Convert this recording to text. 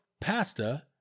pasta